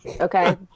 Okay